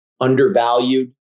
undervalued